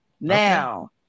Now